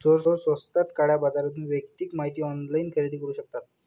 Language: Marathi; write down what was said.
चोर स्वस्तात काळ्या बाजारातून वैयक्तिक माहिती ऑनलाइन खरेदी करू शकतात